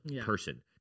person